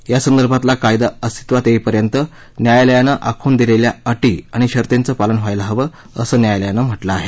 या संदर्भातला कायदा अस्तित्वात येईपर्यंत न्यायालयानं आखुन दिलेल्या अटी आणि शर्तीचं पालन व्हायला हवं असं न्यायालयानं म्हटलं आहे